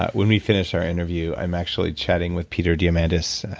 ah when we finish our interview, i'm actually chatting with peter diamandis.